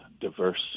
diverse